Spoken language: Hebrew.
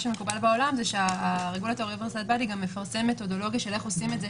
מה שמקובל בעולם הוא שהרגולטור גם מפרסם מתודולוגיה איך עושים את זה.